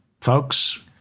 folks